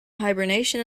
hibernation